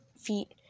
feet